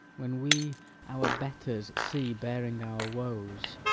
when we our betters see bearing our woes,